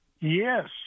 Yes